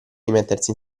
rimettersi